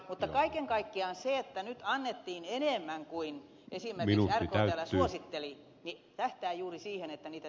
mutta kaiken kaikkiaan se että nyt annettiin enemmän kuin esimerkiksi rktl suositteli tähtää juuri siihen että niitä